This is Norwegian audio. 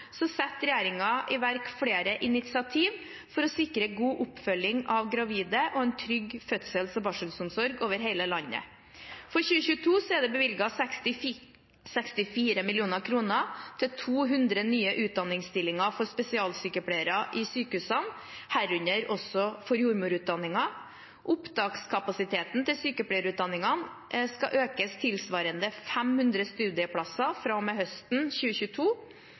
setter regjeringen i verk flere initiativ for å sikre god oppfølging av gravide og en trygg fødsels- og barselomsorg over hele landet. For 2022 er det bevilget 64 mill. kr til 200 nye utdanningsstillinger for spesialsykepleiere i sykehusene, herunder også for jordmorutdanningen. Opptakskapasiteten til sykepleierutdanningene skal økes tilsvarende 500 studieplasser fra og med høsten 2022.